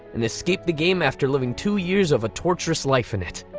and escaped the game after living two years of a torturous life in it.